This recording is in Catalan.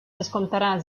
descomptarà